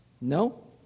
No